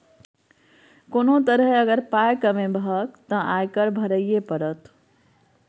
कोनो तरहे अगर पाय कमेबहक तँ आयकर भरइये पड़त